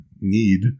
need